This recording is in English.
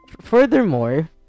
Furthermore